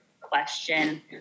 question